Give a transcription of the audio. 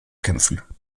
kämpfen